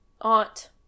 Aunt